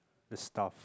the stuff